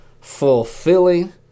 fulfilling